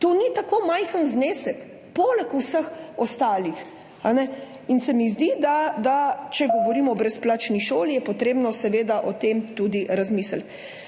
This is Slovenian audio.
To ni tako majhen znesek poleg vseh ostalih. In se mi zdi, da če govorimo o brezplačni šoli, je potrebno seveda o tem tudi razmisliti.